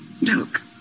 Look